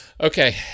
Okay